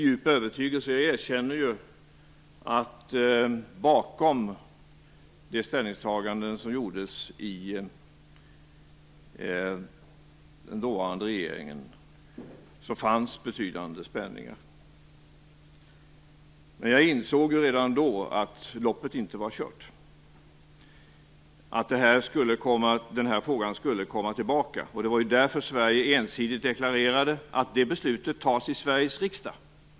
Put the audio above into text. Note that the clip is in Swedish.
Jag erkänner att bakom de ställningstaganden som gjordes i den dåvarande regeringen fanns betydande spänningar och ingen djup övertygelse. Jag insåg redan då att loppet inte var kört. Denna fråga skulle komma tillbaka. Därför deklarerade Sverige ensidigt att beslutet skulle fattas i Sveriges riksdag.